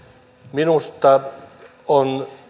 minusta on